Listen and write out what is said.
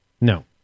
No